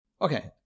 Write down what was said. Okay